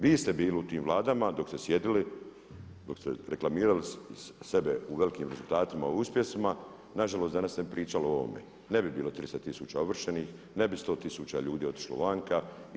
Vi ste bili u tim vladama dok ste sjedili, dok ste reklamirali sebe u velikim rezultatima i uspjesima nažalost danas ne bi pričali o ovome, ne bi bilo 300 tisuća ovršenih, ne bi 100 tisuća ljudi otišlo vanka.